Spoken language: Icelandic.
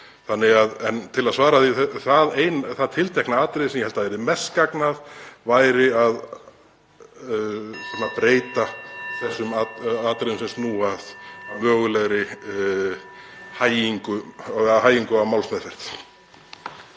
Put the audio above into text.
En til að svara spurningunni: Það tiltekna atriði sem ég held að yrði mest gagn af væri að breyta þessum atriðum sem snúa að mögulegri hægingu á málsmeðferð.